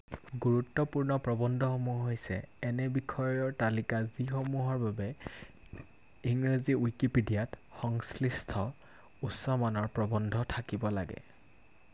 গুৰুত্বপূৰ্ণ প্ৰবন্ধসমূহ হৈছে এনে বিষয়ৰ তালিকা যিসমূহৰ বাবে ইংৰাজী ৱিকিপেডিয়াত সংশ্লিষ্ট উচ্চমানৰ প্ৰবন্ধ থাকিব লাগে